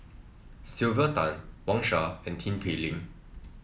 Sylvia Tan Wang Sha and Tin Pei Ling